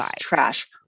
trash